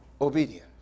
Obedience